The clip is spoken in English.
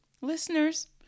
Listeners